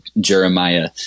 Jeremiah